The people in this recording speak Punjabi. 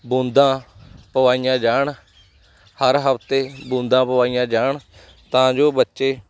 ਬੂੰਦਾਂ ਪਵਾਈਆਂ ਜਾਣ ਹਰ ਹਫਤੇ ਬੂੰਦਾ ਪਵਾਈਆਂ ਜਾਣ ਤਾਂ ਜੋ ਬੱਚੇ